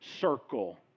circle